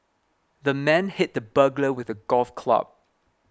the man hit the burglar with a golf club